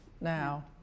now